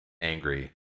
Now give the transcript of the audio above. angry